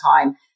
time